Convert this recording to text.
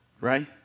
right